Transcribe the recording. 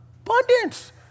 abundance